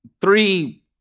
three